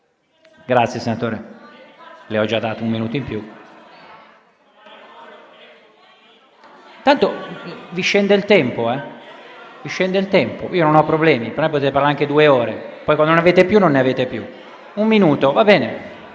Grazie senatore, le ho già dato un minuto in più. *(Commenti)*. Tanto discende il tempo, io non ho problemi. Per me potete parlare anche due ore; poi, quando non ne avete più, non ne avete più. Un minuto, va bene.